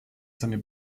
seine